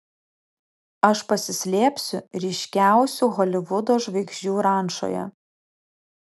aš pasislėpsiu ryškiausių holivudo žvaigždžių rančoje